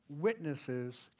witnesses